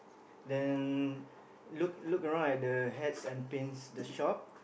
then look look around at the hats and pins the shop